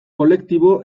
kolektibo